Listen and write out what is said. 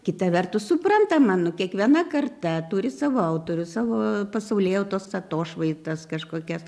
kita vertus suprantama nu kiekviena karta turi savo autorių savo pasaulėjautos atošvaitas kažkokias